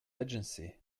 agency